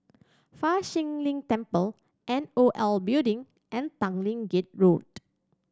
Fa Shi Lin Temple N O L Building and Tanglin Gate Road